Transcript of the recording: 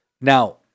now